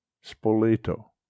Spoleto